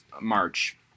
March